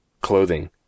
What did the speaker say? clothing